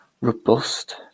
robust